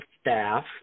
staff